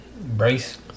brace